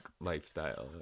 lifestyle